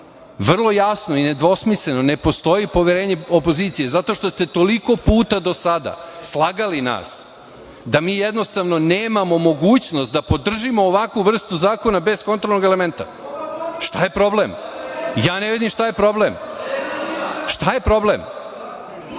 vrlo jasno i nedvosmisleno, ne postoji poverenje opozicije zato što ste toliko puta do sada slagali nas da mi jednostavno nemamo mogućnost da podržimo ovakvu vrstu zakona bez kontrolnog elementa. Šta je problem? Ja ne vidim šta je problem. Šta je problem?(Milenko